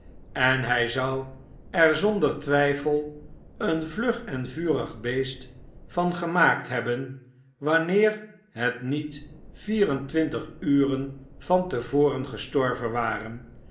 en hij zou er zonder twijfel een vlug en vurig beest van gemaakt hebben wanneer het niet vierentwintig uren van te voren gestorven ware